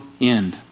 end